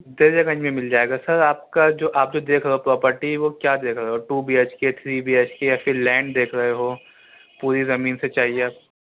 دریا گنج میں مل جائے گا سر آپ کا جو آپ جو دیکھ رہے ہو پراپرٹی وہ کیا دیکھ رہے ہو two B H K three B H K یا پھر لینڈ دیکھ رہے ہو پوری زمین سے چاہیے